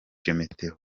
mateo